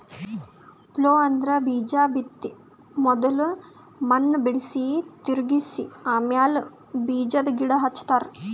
plough ಅಂದ್ರ ಬೀಜಾ ಬಿತ್ತ ಮೊದುಲ್ ಮಣ್ಣ್ ಬಿಡುಸಿ, ತಿರುಗಿಸ ಆಮ್ಯಾಲ ಬೀಜಾದ್ ಗಿಡ ಹಚ್ತಾರ